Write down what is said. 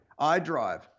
iDrive